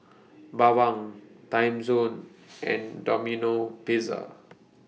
Bawang Timezone and Domino Pizza